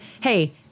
hey